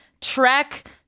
trek